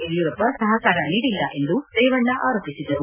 ಯಡಿಯೂರಪ್ಪ ಸಹಕಾರ ನೀಡಿಲ್ಲ ಎಂದು ರೇವಣ್ಣ ಆರೋಪಿಸಿದರು